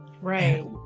Right